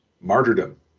martyrdom